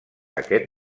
aquest